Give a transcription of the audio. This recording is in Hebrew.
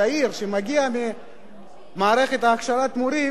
צעיר שמגיע ממערכת הכשרת המורים,